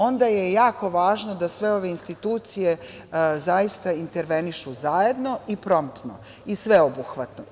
Onda je jako važno da sve ove institucije zaista intervenišu zajedno i promtno i sveobuhvatno.